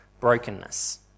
brokenness